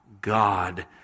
god